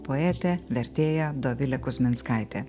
poetė vertėja dovilė kuzminskaitė